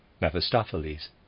Mephistopheles